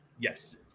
Yes